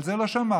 על זה לא שמעתי.